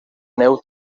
neu